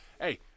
Hey